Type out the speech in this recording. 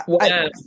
Yes